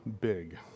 big